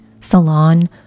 Salon